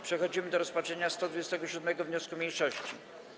Przechodzimy do rozpatrzenia 127. wniosku mniejszości.